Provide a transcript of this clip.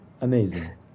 Amazing